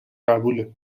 قبوله